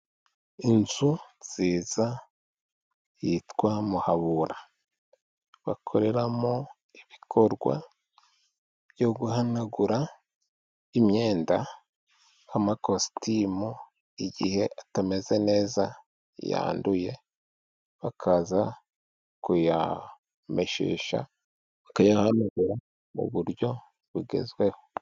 Inzu nziza yitwa Muhabura. Bakoreramo ibikorwa byo guhanagura imyenda. Amakositimu igihe atameze neza yanduye, bakaza kuyameshesha bakayahanagura mu buryo bugezweho.